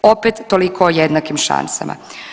Opet toliko o jednakim šansama.